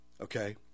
okay